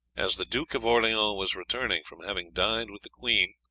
as the duke of orleans was returning from having dined with the queen,